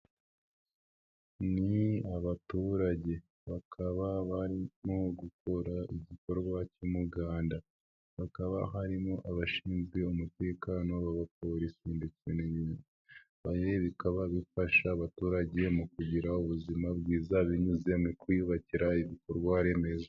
Ni abaturage bakaba barimo gukora igikorwa cy'umuganda, hakaba harimo abashinzwe umutekano b'abapolisi ndetse n'ibindi, ibi bikaba bifasha abaturage mu kugira ubuzima bwiza binyuze mu kwiyubakira ibikorwa remezo.